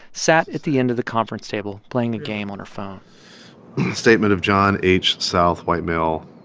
sat at the end of the conference table, playing a game on her phone the statement of john h. south, white male,